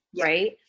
right